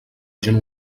gent